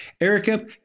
Erica